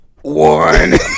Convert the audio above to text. One